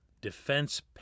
defense